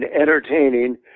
entertaining